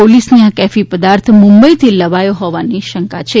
પોલીસને આ કેફી પદાર્થ મુંબઇથી લવાયો હોવાની શંકા છે